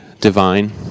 divine